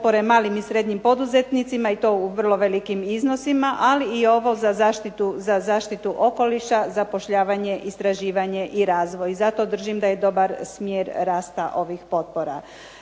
malim i srednjim poduzetnicima i to u vrlo velikim iznosima, ali i ovo za zaštitu okoliša, zapošljavanje, istraživanje i razvoj. Zato držim da je dobar smjer rasta ovih potpora.